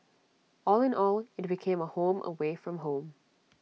all in all IT became A home away from home